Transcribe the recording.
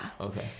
Okay